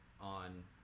on